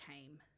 came